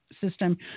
system